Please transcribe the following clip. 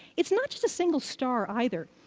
it's not just a single star either.